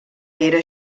era